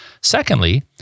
Secondly